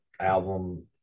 album